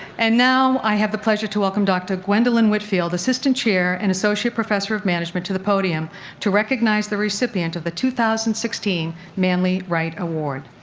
and now i have the pleasure to welcome dr. gwendolyn whitfield, assistant chair and associate professor of management, to the podium to recognize the recipient of the two thousand and sixteen manley wright award.